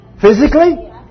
physically